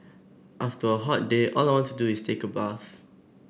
after a hot day all I want to do is take a bath